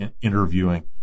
interviewing